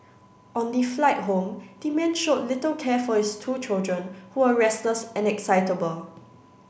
on the flight home the man showed little care for his two children who were restless and excitable